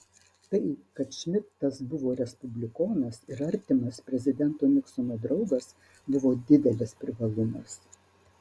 tai kad šmidtas buvo respublikonas ir artimas prezidento niksono draugas buvo didelis privalumas